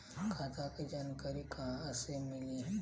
खाता के जानकारी कहवा से मिली?